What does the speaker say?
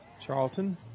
Charlton